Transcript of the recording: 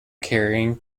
carrying